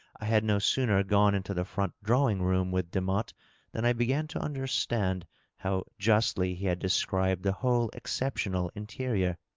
i had no sooner gone into the front drawing-room with demotte than i began to understand how justly he had described the whole exceptional interior.